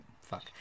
fuck